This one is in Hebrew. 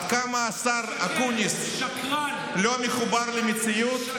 עד כמה השר אקוניס לא מחובר למציאות,